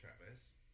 Travis